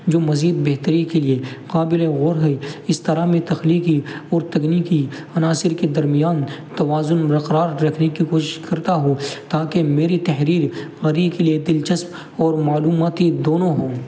جو مزید بہتری کے لیے قابل غور ہیں اس طرح میں تخلیقی اور تکنیکی عناصر کے درمیان توازن برقرار رکھنے کی کوشش کرتا ہوں تاکہ میری تحریر قاری کے لیے دلچسپ اور معلوماتی دونوں ہوں